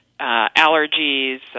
allergies